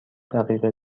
دقیقه